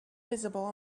visible